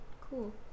cool